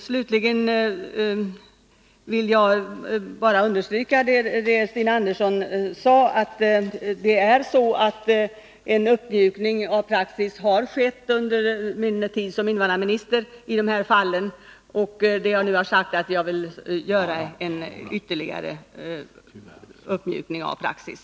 Slutligen vill jag understryka det Stina Andersson sade, att en uppmjuk ning av praxis i dessa fall har skett under min tid som invandrarminister. Jag har nu sagt att jag vill göra en ytterligare uppmjukning av praxis.